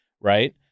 right